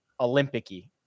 Olympic-y